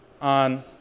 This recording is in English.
on